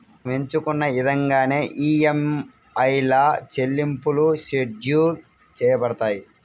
మనం ఎంచుకున్న ఇదంగానే ఈఎంఐల చెల్లింపులు షెడ్యూల్ చేయబడతాయి